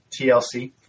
TLC